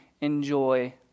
enjoy